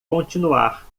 continuar